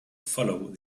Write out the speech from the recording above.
follow